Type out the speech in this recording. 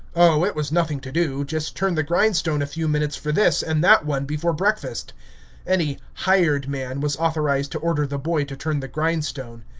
oh, it was nothing to do, just turn the grindstone a few minutes for this and that one before breakfast any hired man was authorized to order the boy to turn the grindstone.